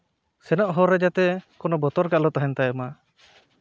ᱥᱮᱱᱚᱜ ᱦᱚᱨ ᱨᱮ ᱡᱟᱛᱮ ᱠᱚᱱᱚ ᱵᱚᱛᱚᱨ ᱜᱮ ᱟᱞᱚ ᱛᱟᱦᱮᱱ ᱛᱟᱭᱢᱟ